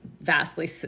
vastly